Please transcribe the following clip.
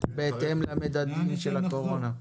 בהתאם למדדים של הקורונה.